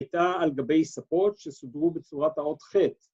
‫הייתה על גבי ספות ‫שסודרו בצורת האות ח'.